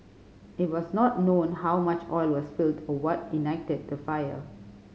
it was not known how much oil was spilled or what ignited the fire